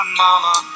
mama